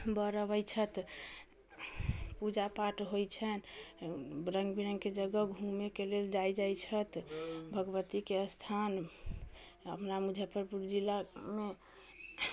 बर अबै छथि पूजा पाठ होइ छनि रङ्ग बिरङ्गके जगह घुमैके लेल जाइ जाइ छथि भगबतीके स्थान हमरा मुजफ्फरपुर जिलामे